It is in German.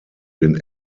den